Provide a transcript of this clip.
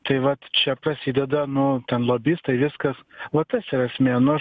tai vat čia prasideda nu ten lobistai viskas va tas yra esmė nu aš